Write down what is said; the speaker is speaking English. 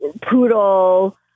Poodle